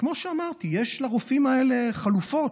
כמו שאמרתי, יש לרופאים האלה חלופות.